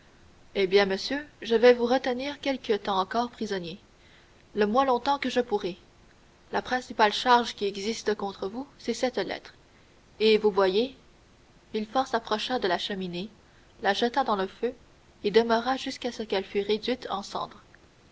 eh bien monsieur je vais vous retenir quelque temps encore prisonnier le moins longtemps que je pourrai la principale charge qui existe contre vous c'est cette lettre et vous voyez villefort s'approcha de la cheminée la jeta dans le feu et demeura jusqu'à ce qu'elle fût réduite en cendres